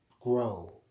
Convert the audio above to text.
grow